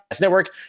Network